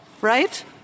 right